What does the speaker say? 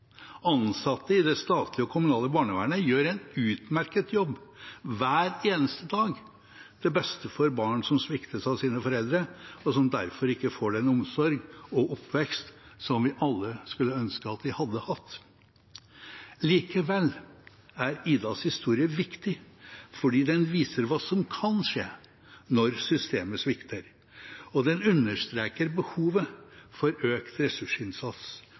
Ansatte i det statlige og kommunale barnevernet gjør en utmerket jobb hver eneste dag til beste for barn som sviktes av sine foreldre, og som derfor ikke får den omsorg og oppvekst som vi alle skulle ønske at de hadde hatt. Likevel er «Ida»s historie viktig fordi den viser hva som kan skje når systemet svikter. Og den understreker behovet for økt ressursinnsats,